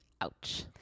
Ouch